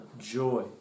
joy